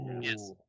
Yes